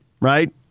right